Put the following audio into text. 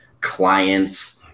clients